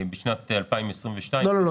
בשנת 2022. לא.